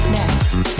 next